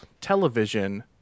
television